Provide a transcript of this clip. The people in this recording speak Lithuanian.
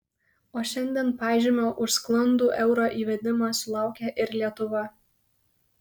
o šiandien pažymio už sklandų euro įvedimą sulaukė ir lietuva